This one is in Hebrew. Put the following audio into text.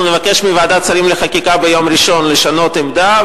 אנחנו נבקש מוועדת שרים לחקיקה ביום ראשון לשנות עמדה,